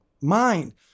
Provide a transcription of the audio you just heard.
mind